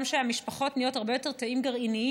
גם שהמשפחות נהיות הרבה יותר תאים גרעיניים,